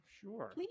sure